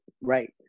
right